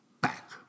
Back